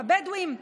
בבדואים?